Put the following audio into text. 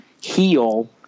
heal